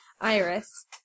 Iris